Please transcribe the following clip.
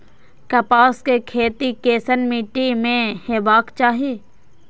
कपास के खेती केसन मीट्टी में हेबाक चाही?